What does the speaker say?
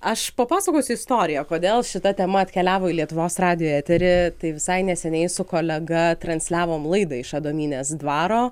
aš papasakosiu istoriją kodėl šita tema atkeliavo į lietuvos radijo eterį tai visai neseniai su kolega transliavom laidą iš adomynės dvaro